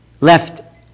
left